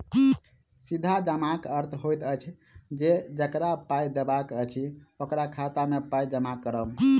सीधा जमाक अर्थ होइत अछि जे जकरा पाइ देबाक अछि, ओकरा खाता मे पाइ जमा करब